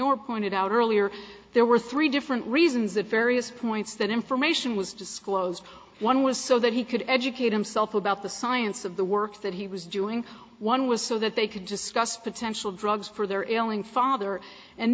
or pointed out earlier there were three different reasons that various points that information was disclosed one was so that he could educate himself about the science of the work that he was doing one was so that they could just gust potential drugs for their elling father and